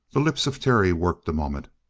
the lips of terry worked a moment.